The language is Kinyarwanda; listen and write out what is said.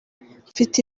mfite